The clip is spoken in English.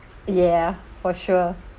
yeah for sure